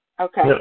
Okay